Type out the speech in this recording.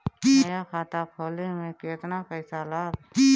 नया खाता खोले मे केतना पईसा लागि?